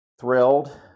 thrilled